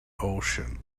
ocean